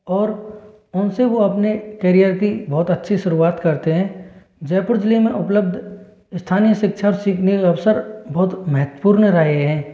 और उनसे वह अपने करियर की बहुत अच्छी शुरुआत करते हैं जयपुर जिले में उपलब्ध स्थानीय शिक्षा सीखने का अवसर बहुत महत्वपूर्ण रहे है